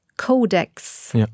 Codex